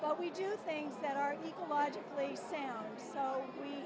but we do things that are